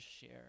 share